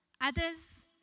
others